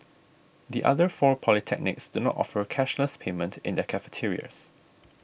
the other four polytechnics do not offer cashless payment in their cafeterias